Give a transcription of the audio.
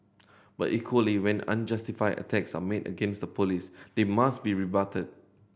but equally when unjustified attacks are made against the Police they must be rebutted